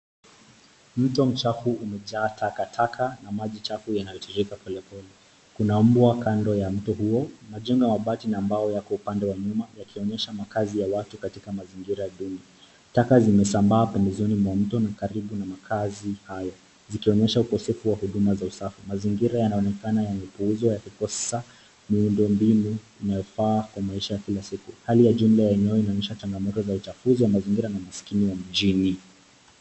Mto mchafu umejaa takataka, na maji chafu yanatiririka pole pole. Kuna mbwa kando ya mto huo, majengo ya mabati na mbao yako upande wa nyuma, yakionyesha makazi ya watu katika mazingira duni. Taka zimesambaa pembezoni mwa mto ni karibu na makazi hayo. Zikionyesha ukosefu wa huduma za usafi. Mazingira yanaonekana yamepuuzwa ya kukosa miundo mbinu inayofaa kwa maisha ya kila siku. Hali ya jumla ya eneo inaonyesha changamoto ya uchafuzi wa mazingira na umasikini ya mjini.